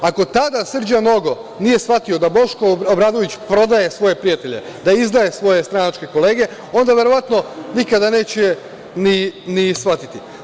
Ako tada Srđan Nogo nije shvatio da Boško Obradović prodaje svoje prijatelje, da izdaje svoje stranačke kolege, onda verovatno nikada neće ni shvatiti.